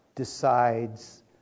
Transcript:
decides